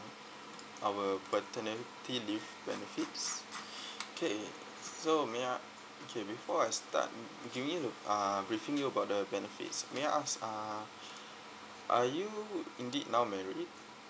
our paternity leave benefits okay so may I a~ okay before I start beginning to uh briefing you about the benefits may I ask uh are you indeed now married